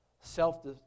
Self